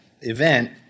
event